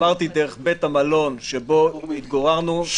-- שבו התגוררנו.